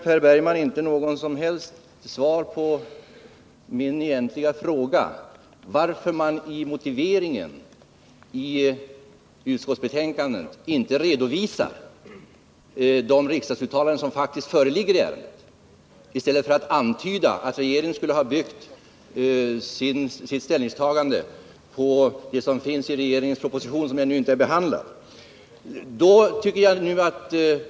Per Bergman gav inte något som helst svar på min egentliga fråga, dvs. vad som är anledningen till att man i utskottsbetänkandets motivering inte redovisar de riksdagsuttalanden som faktiskt föreligger i ärendet utan i stället antyder, att regeringen skulle ha byggt sitt ställningstagande på innehållet i en regeringsproposition som ännu inte är behandlad.